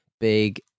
big